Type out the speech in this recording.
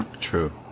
True